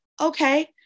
Okay